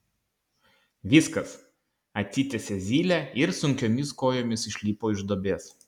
viskas atsitiesė zylė ir sunkiomis kojomis išlipo iš duobės